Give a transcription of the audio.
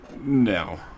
No